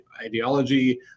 ideology